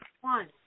one